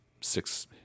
six